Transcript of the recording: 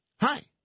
Hi